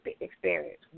experience